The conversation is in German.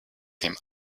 dem